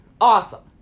Awesome